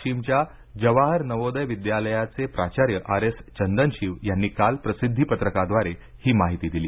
वाशीमच्या जवाहर नवोदय विद्यालयाचे प्राचार्य R S Chandanshiv यांनी काल प्रसिद्धी पत्रकाद्वारे ही माहिती दिली